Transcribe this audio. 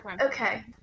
Okay